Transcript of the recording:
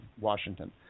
Washington